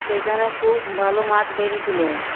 সেইখানে খুব ভালো মাছ বেরিয়েছিলো